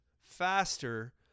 faster